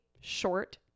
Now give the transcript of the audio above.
short